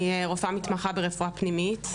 אני רופאה מתמחה ברפואה פנימית,